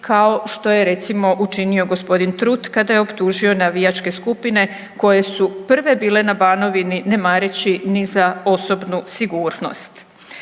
kao što je recimo učinio g. Trut kada je optužio navijačke skupine koje su prve bile na Banovini ne mareći ni za osobnu sigurnost.